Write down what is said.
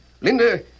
Linda